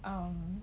um